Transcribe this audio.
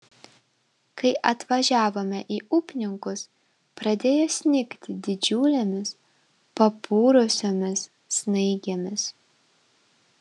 kai atvažiavome į upninkus pradėjo snigti didžiulėmis papurusiomis snaigėmis